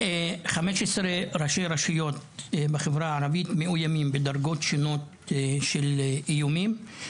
15 ראשי רשויות בחברה הערבית מאוימים בדרגות שונות של איומים.